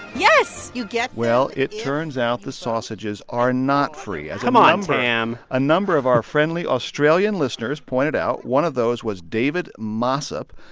yes you get them. well, it turns out the sausages are not free. come on, tam. a number of our friendly australian listeners pointed out. one of those was david mossop.